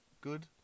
good